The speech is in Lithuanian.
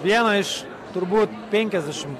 vieną iš turbūt penkiasdešim